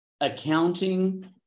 accounting